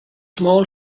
small